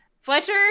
Fletcher